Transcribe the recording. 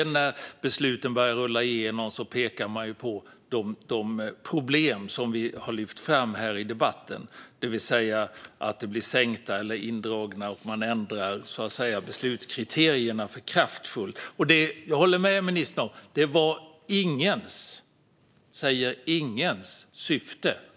När besluten sedan började rulla igenom pekade de också på de problem som vi har lyft fram i den här debatten, det vill säga att det sänktes eller drogs in eller att man ändrade beslutskriterierna för kraftfullt. Jag håller med ministern; det var ingens syfte.